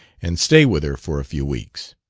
and stay with her for a few weeks.